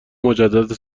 مجدد